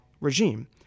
regime